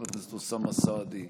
חבר הכנסת אוסאמה סעדי,